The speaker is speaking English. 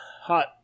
hot